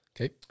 Okay